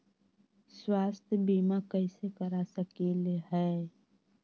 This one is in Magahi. स्वाथ्य बीमा कैसे करा सकीले है?